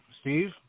Steve